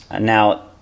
Now